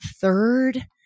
third